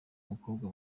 umukobwa